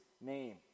name